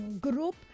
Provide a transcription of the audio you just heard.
group